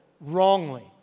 wrongly